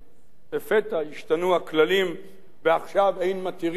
לפתע השתנו הכללים, ועכשיו אין מתירים לבנות